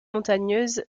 montagneuse